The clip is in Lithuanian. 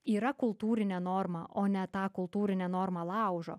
yra kultūrinė norma o ne tą kultūrinę normą laužo